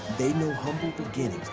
they know humble begin